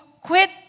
quit